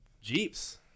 jeeps